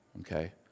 okay